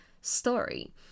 story